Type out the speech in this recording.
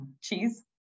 Cheese